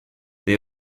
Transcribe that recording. they